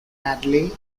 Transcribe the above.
natalie